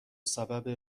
سبب